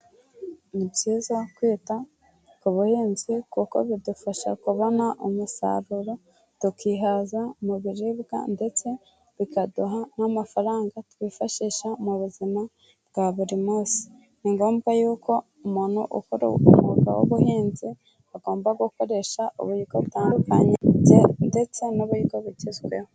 Ni byiza kwita ku buhinzi kuko bidufasha kubona umusaruro tukihaza mu biribwa ndetse bikaduha n'amafaranga twifashisha mu buzima bwa buri munsi. Ni ngombwa yuko umuntu ukora umwuga w'ubuhinzi agomba gukoresha butandukanye ndetse n'uburyo bugezweho.